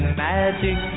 magic